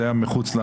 זה היה מחוץ לרעיון.